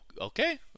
okay